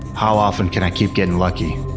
how often can i keep getting lucky?